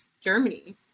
Germany